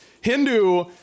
Hindu